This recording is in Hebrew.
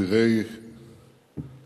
מוקירי זיכרון